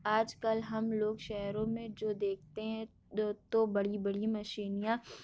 آج کل ہم لوگ شہروں میں جو دیکھتے ہیں تو بڑی بڑی مشینیاں